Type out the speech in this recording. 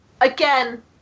again